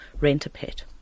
Rent-A-Pet